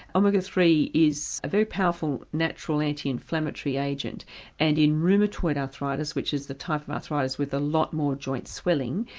omega three is a very powerful natural anti-inflammatory agent and in rheumatoid arthritis which is the type of arthritis with a lot more joint swelling,